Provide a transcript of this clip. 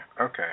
okay